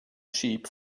sheep